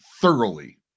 thoroughly